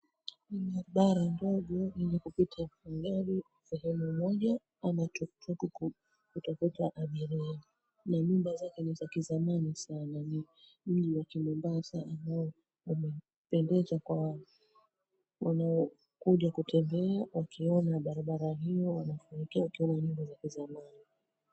Barabara ndogo yenye kupita magari sehemu moja ama tuktuk kutafuta abiria na nyumba zake ni za kizamani sana na ni mji wa kiMombasa ambao umependeza kwa wanaokuja kutembea wakiona barabara hiyo wanapoingia wakiona nyumba za kizamani.